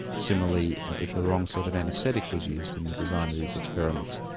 similarly if the wrong sort of anaesthetic was used in the design of these experiments,